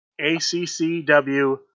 ACCW